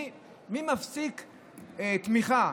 מי מפסיק תמיכה?